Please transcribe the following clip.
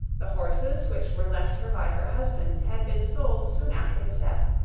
the horses which were left her by her husband had been sold soon after his death,